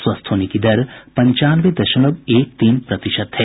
स्वस्थ होने की दर पंचानवे दशमलव एक तीन प्रतिशत है